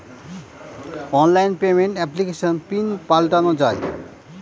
online payment এপ্লিকেশনে PIN পাল্টানো যায়